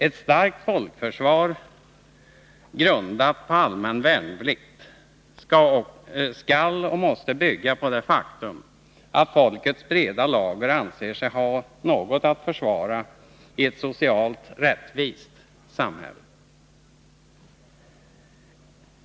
Ett starkt folkförsvar grundat på allmän värnplikt skall och måste bygga på det faktum att folkets breda lager anser sig ha något att försvara i ett socialt rättvist samhälle.